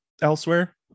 elsewhere